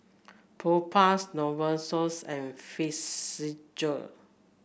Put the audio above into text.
Propass Novosource and Physiogel